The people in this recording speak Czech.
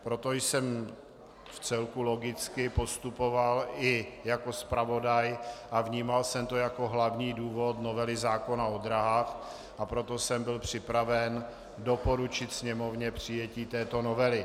Proto jsem vcelku logicky postupoval i jako zpravodaj a vnímal jsem to jako hlavní důvod novely zákona o dráhách a proto jsem byl připraven doporučit Sněmovně přijetí této novely.